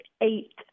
eight